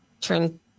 turn